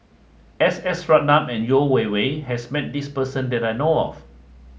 S S Ratnam and Yeo Wei Wei has met this person that I know of